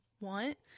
want